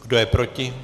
Kdo je proti?